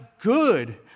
good